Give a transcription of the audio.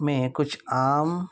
میں کچھ عام